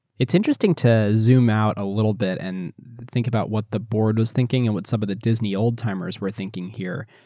it's interesting to zoom out a little bit and think about what the board was thinking and what some of the disney old timers were thinking here.